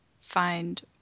find